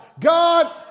God